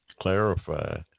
clarify